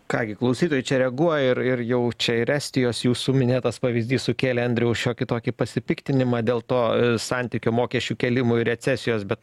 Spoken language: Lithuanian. ką gi klausytojai čia reaguoja ir ir jau čia ir estijos jūsų minėtas pavyzdys sukėlė andriaus šiokį tokį pasipiktinimą dėl to santykio mokesčių kėlimo ir recesijos bet